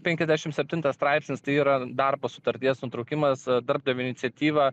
penkiasdešim septintas straipsnis tai yra darbo sutarties nutraukimas darbdavio iniciatyva